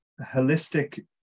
holistic